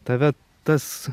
tave tas